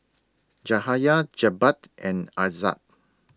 Jahaya Jebat and Aizat